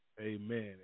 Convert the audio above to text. Amen